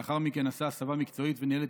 לאחר מכן עשה הסבה מקצועית וניהל את